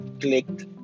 clicked